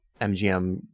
MGM